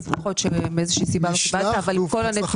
יכול להיות שבגלל איזושהי סיבה לא קיבלת אבל נשלחו כל הנתונים.